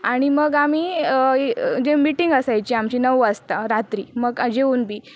आणि मग आम्ही जे मीटिंग असायची आमची नऊ वाजता रात्री मग जेवून बी